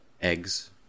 eggs